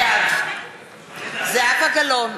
בעד זהבה גלאון,